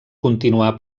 continuar